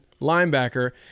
linebacker